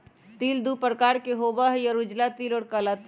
तिल दु प्रकार के होबा हई उजला तिल और काला तिल